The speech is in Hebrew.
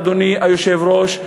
אדוני היושב-ראש,